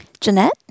Jeanette